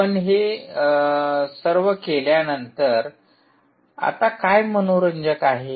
आपण हे आणि हे सर्व केल्यानंतर आता काय मनोरंजक आहे